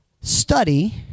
study